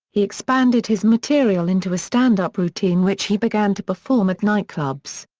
he expanded his material into a stand-up routine which he began to perform at nightclubs.